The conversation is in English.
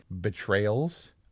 betrayals